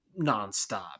nonstop